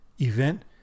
event